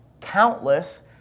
countless